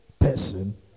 person